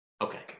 Okay